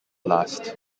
last